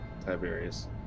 Tiberius